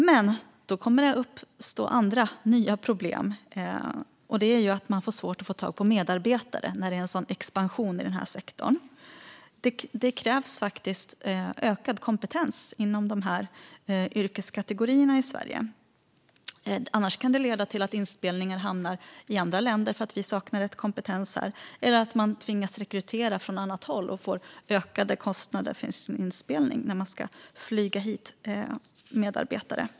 Men vid en sådan expansion i den här sektorn uppstår andra, nya problem, och det är att man får svårt att få tag i medarbetare. Det krävs faktiskt ökad kompetens inom dessa yrkeskategorier i Sverige. Det kan leda till att inspelningar hamnar i andra länder, om vi saknar rätt kompetens här, eller att man tvingas rekrytera från annat håll och får ökade kostnader för sin inspelning när man ska flyga hit medarbetare.